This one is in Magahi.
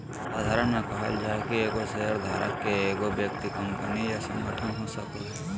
साधारण में कहल जाय कि एगो शेयरधारक के एगो व्यक्ति कंपनी या संगठन हो सको हइ